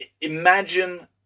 imagine